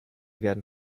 werden